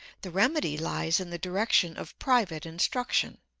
the remedy lies in the direction of private instruction.